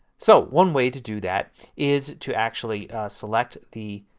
so one way to do that is to actually select the